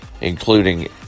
including